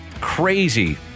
crazy